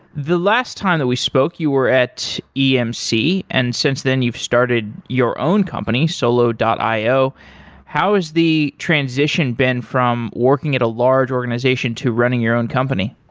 the last time that we spoke, you were at emc, and since then you've started your own company, solo io. how has the transition been from working at a large organization to running your own company?